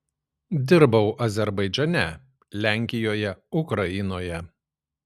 dirbau azerbaidžane lenkijoje ukrainoje